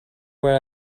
where